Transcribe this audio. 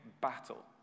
battle